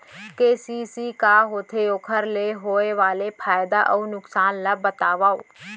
KCC का होथे, ओखर ले होय वाले फायदा अऊ नुकसान ला बतावव?